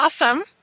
awesome